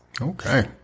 Okay